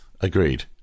agreed